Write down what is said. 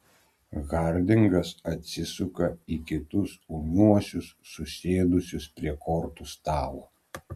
hardingas atsisuka į kitus ūmiuosius susėdusius prie kortų stalo